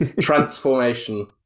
transformation